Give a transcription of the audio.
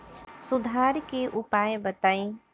सुधार के उपाय बताई?